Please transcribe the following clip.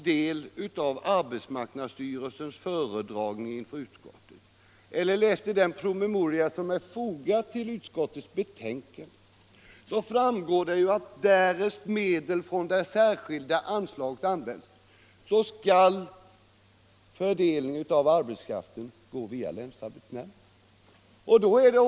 Men av arbetsmarknadsstyrelsens föredragning inför utskottet och av den promemoria som är fogad till utskottets betänkande framgick, att därest medel från det särskilda anslaget används, så skall fördelningen av arbetskraften ske via länsarbetsnämnden.